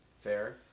Fair